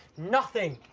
nothing!